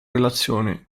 relazione